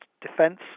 defence